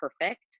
perfect